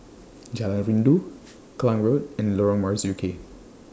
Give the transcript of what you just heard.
Jalan Rindu Klang Road and Lorong Marzuki